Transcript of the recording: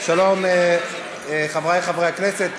שלום, חברי חברי הכנסת.